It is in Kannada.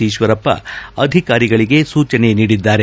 ಈಶ್ವರಪ್ಪ ಅಧಿಕಾರಿಗಳಿಗೆ ಸೂಚನೆ ನೀಡಿದ್ದಾರೆ